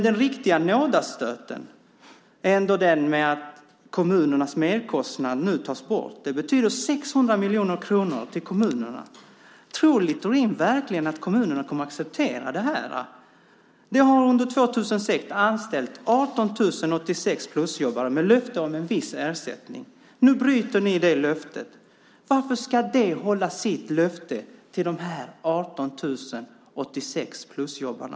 Den riktiga nådastöten är ändå att kommunernas merkostnad nu tas bort. Det betyder 600 miljoner kronor till kommunerna. Tror Littorin verkligen att kommunerna kommer att acceptera det? Det har under 2006 anställts 18 086 plusjobbare med löfte om en viss ersättning. Nu bryter ni det löftet. Varför ska kommunerna då hålla sitt löfte till de 18 086 plusjobbarna?